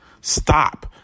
Stop